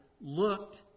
looked